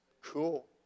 Cool